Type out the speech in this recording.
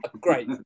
Great